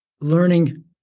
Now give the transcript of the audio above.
learning